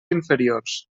inferiors